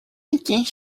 making